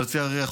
אבל לצערי,